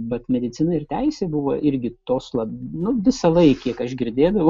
bet medicina ir teisė buvo irgi tos vat nu visąlaik kiek aš girdėdavau